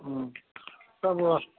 हूँ तब ओ